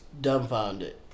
dumbfounded